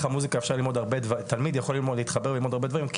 המוסיקה תלמיד יכול להתחבר וללמוד הרבה דברים,